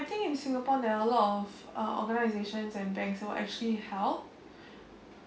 I think in singapore there are a lot of uh organisations and banks will actually help